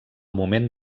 moment